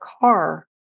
car